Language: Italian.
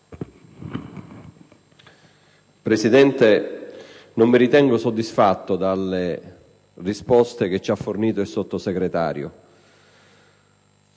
Presidente, non mi ritengo soddisfatto delle risposte fornite dal sottosegretario